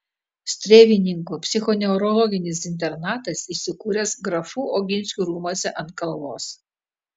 strėvininkų psichoneurologinis internatas įsikūręs grafų oginskių rūmuose ant kalvos